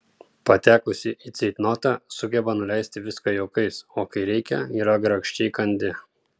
patekusi į ceitnotą sugeba nuleisti viską juokais o kai reikia yra grakščiai kandi